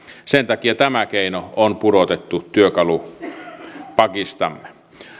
sen takia tämä keino on pudotettu työkalupakistamme